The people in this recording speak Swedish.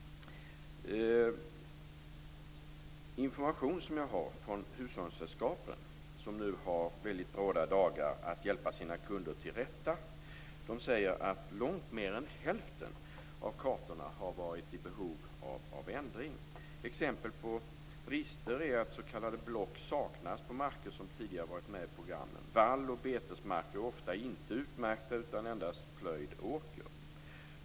Information som jag har från hushållningssällskapen, som nu har väldigt bråda dagar för att hjälpa sina kunder till rätta, säger att långt mer än hälften av kartorna har varit i behov av ändring. Exempel på brister är att s.k. block saknas på marker som tidigare varit med i programmen och att vall och betesmarker ofta inte är utmärkta utan endast plöjd åker.